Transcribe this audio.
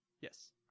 yes